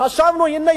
חשבנו: הנה,